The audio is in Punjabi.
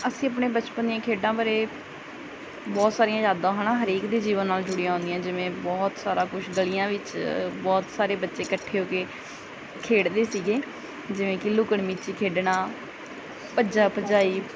ਅਸੀਂ ਆਪਣੇ ਬਚਪਨ ਦੀਆਂ ਖੇਡਾਂ ਬਾਰੇ ਬਹੁਤ ਸਾਰੀਆਂ ਯਾਦਾਂ ਹੈ ਹਨਾ ਹਰੇਕ ਦੇ ਜੀਵਨ ਨਾਲ ਜੁੜੀਆਂ ਹੁੰਦੀਆਂ ਜਿਵੇਂ ਬਹੁਤ ਸਾਰਾ ਕੁਛ ਗਲੀਆਂ ਵਿੱਚ ਬਹੁਤ ਸਾਰੇ ਬੱਚੇ ਇਕੱਠੇ ਹੋ ਕੇ ਖੇਡਦੇ ਸੀਗੇ ਜਿਵੇਂ ਕਿ ਲੁਕਣ ਮੀਚੀ ਖੇਡਣਾ ਭੱਜਾ ਭਜਾਈ